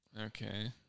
Okay